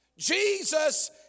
Jesus